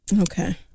Okay